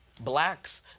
Blacks